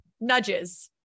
Nudges